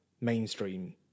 mainstream